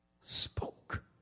spoke